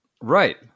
Right